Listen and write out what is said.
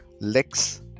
Lex